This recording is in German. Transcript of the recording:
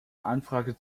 anfrage